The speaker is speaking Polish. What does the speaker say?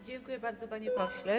Dziękuję bardzo, panie pośle.